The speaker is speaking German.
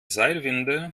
seilwinde